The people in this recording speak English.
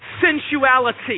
sensuality